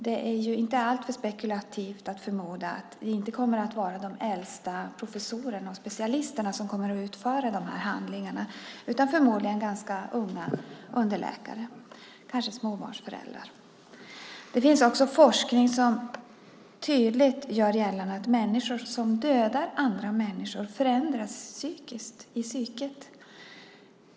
Det är inte alltför spekulativt att förmoda att det inte kommer att vara de äldsta professorerna och specialisterna som kommer att utföra den här handlingen utan förmodligen ganska unga underläkare, kanske småbarnsföräldrar. Det finns också forskning som tydligt gör gällande att människor som dödar andra människor förändras i psyket.